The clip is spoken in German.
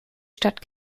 stadt